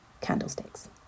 candlesticks